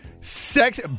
Sex